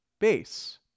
base